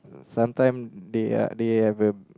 sometime they are they have a